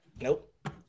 Nope